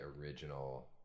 original